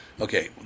Okay